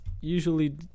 usually